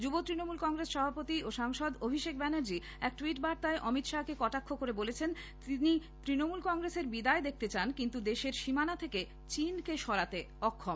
যুব তৃণমূল কংগ্রেস সভাপতি ও সাংসদ অভিষেক ব্যানার্জী এক ট্যুইট বার্তায় অমিত শাহকে কটাক্ষ করে বলেছেন তিনি ত্রণমূল কংগ্রেসের বিদায় দেখতে চান কিন্তু দেশের সীমানা থেকে চীনকে সরাতে অক্ষম